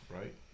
right